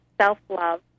self-love